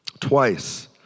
Twice